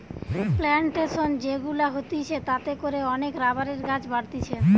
plantation যে গুলা হতিছে তাতে করে অনেক রাবারের গাছ বাড়তিছে